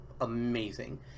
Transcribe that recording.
amazing